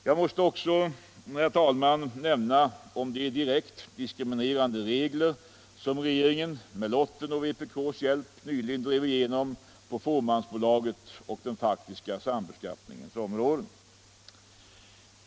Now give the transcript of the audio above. Jag måste också, herr talman, nämna de direkt diskriminerande regler som regeringen med lottens och vpk:s hjälp nyligen drev igenom på fåmansbolagens och den faktiska sambeskattningens områden.